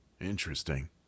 Interesting